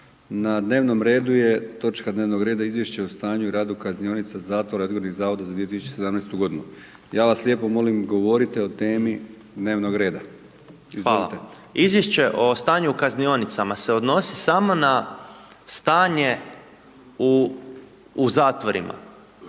Na dnevnom redu je točka dnevnog reda Izvješće o stanju i radu kaznionica zatvora i odgojnih zavoda za 2017. godinu. Ja vas lijepo molim govorite o temi dnevnog reda. Izvolite. **Pernar, Ivan (Živi zid)** Hvala. Izvješće o stanju u kaznionicama se odnosi samo na stanje u zatvorima